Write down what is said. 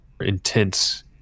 intense